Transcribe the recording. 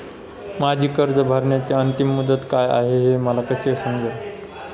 माझी कर्ज भरण्याची अंतिम मुदत काय, हे मला कसे समजेल?